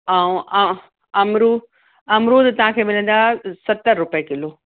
ऐं आं अमरु अमरूद तव्हांखे मिलंदा सतरि रूपए किलो